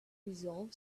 resolve